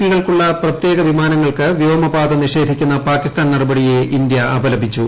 പികൾക്കുള്ള പ്രത്യേക വിമാനങ്ങൾക്ക് വ്യോമപാത നിഷേധിക്കുന്ന പാകിസ്ഥാൻ നടപടിയെ ഇന്ത്യ അപലപിച്ചു